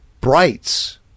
brights